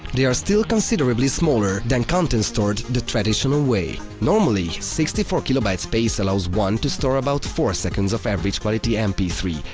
they're still considerably smaller than content stored the traditional way. normally, sixty four kilobyte space allows one to store about four seconds of average quality m p three,